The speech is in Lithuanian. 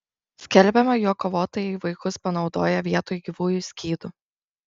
skelbiama jog kovotojai vaikus panaudoja vietoj gyvųjų skydų